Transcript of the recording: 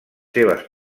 seves